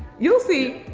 you'll see.